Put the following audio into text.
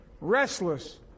restless